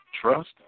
trust